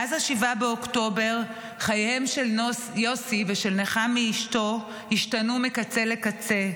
מאז 7 באוקטובר חייהם של יוסי ושל נחמי אשתו השתנו מקצה לקצה.